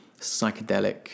psychedelic